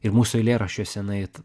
ir mūsų eilėraščiuose jinai